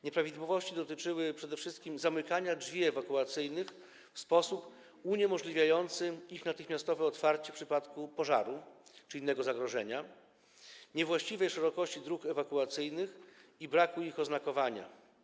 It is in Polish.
Nieprawidłowości dotyczyły przede wszystkim zamykania drzwi ewakuacyjnych w sposób uniemożliwiający ich natychmiastowe otwarcie w przypadku pożaru czy innego zagrożenia, niewłaściwej szerokości dróg ewakuacyjnych i braku ich oznakowania.